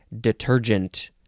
Detergent